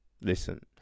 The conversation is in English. Listen